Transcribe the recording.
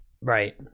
Right